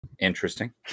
interesting